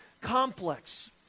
complex